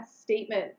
statement